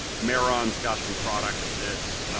mehron's got some products for this,